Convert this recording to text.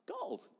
gold